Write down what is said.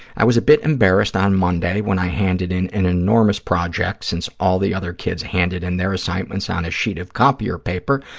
i was a bit embarrassed on monday when i handed in an enormous project, since all the other kids handed in their assignments on a sheet of copier paper.